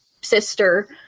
sister